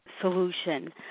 solution